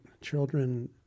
Children